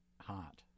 Hot